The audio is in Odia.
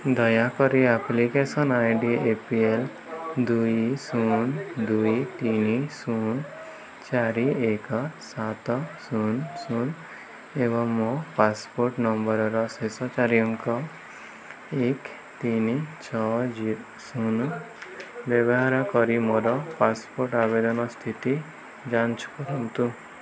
ଦୟାକରି application I D A P L ଦୁଇ ଶୂନ ଦୁଇ ତିନ ଶୂନ ଚାରି ଏକ ସାତ ଶୂନ ଶୂନ ଏବଂ ମୋ ପାସପୋର୍ଟ ନମ୍ବର୍ର ଶେଷ ଚାରି ଅଙ୍କ ଏକ ତିନ ଛଅ ଜି ଶୂନ ବ୍ୟବହାର କରି ମୋର ପାସପୋର୍ଟ ଆବେଦନ ସ୍ଥିତି ଯାଞ୍ଚ କରନ୍ତୁ